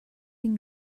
been